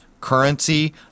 currency